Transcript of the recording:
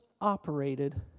operated